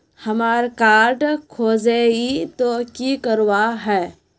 हमार कार्ड खोजेई तो की करवार है?